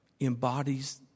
embodies